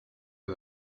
are